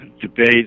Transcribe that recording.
debate